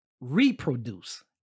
reproduce